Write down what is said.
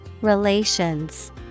Relations